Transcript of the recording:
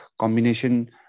combination